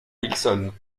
wilson